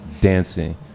dancing